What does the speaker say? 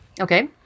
okay